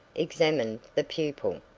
examined the pupil.